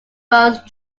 both